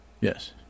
yes